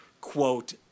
quote